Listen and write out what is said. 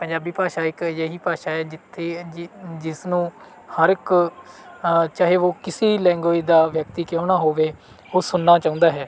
ਪੰਜਾਬੀ ਭਾਸ਼ਾ ਇੱਕ ਅਜਿਹੀ ਭਾਸ਼ਾ ਹੈ ਜਿੱਥੇ ਜਿ ਜਿਸਨੂੰ ਹਰ ਇੱਕ ਚਾਹੇ ਉਹ ਕਿਸੇ ਲੈਂਗੂਏਜ ਦਾ ਵਿਅਕਤੀ ਕਿਉਂ ਨਾ ਹੋਵੇ ਉਹ ਸੁਣਨਾ ਚਾਹੁੰਦਾ ਹੈ